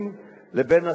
לא,